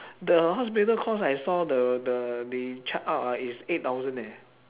the hospital cost I saw the the they check out ah it's eight thousand eh